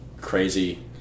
crazy